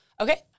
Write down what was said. okay